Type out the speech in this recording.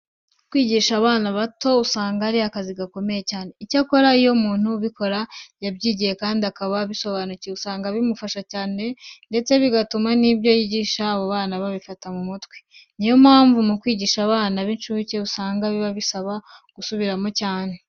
Kwigisha bana bato usanga ari akazi gakomeye cyane. Icyakora iyo umuntu ubikora yabyingiye kandi akaba abisobanukiwe, usanga bimufasha cyane ndetse bigatuma n'ibyo yigisha abo bana babifata mu mutwe. Ni yo mpamvu mu kwigisha aba bana b'incuke usanga biba bisaba gusubiramo cyane.